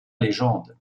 légende